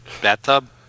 bathtub